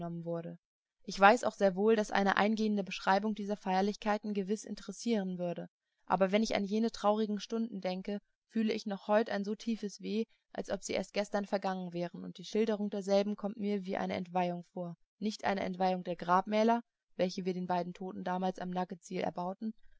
wurde ich weiß auch sehr wohl daß eine eingehende beschreibung dieser feierlichkeiten gewiß interessieren würde aber wenn ich an jene traurigen stunden denke fühle ich noch heut ein so tiefes weh als ob sie erst gestern vergangen wären und die schilderung derselben kommt mir wie eine entweihung vor nicht eine entweihung der grabmäler welche wir den beiden toten damals am nugget tsil erbauten